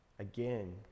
Again